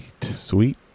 Sweet